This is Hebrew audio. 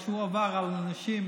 מה שהוא עבר עם הנשים,